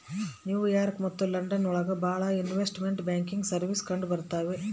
new York ಮತ್ತು London ಒಳಗ ಭಾಳ ಇನ್ವೆಸ್ಟ್ಮೆಂಟ್ ಬ್ಯಾಂಕಿಂಗ್ ಸರ್ವೀಸಸ್ ಕಂಡುಬರ್ತವೆ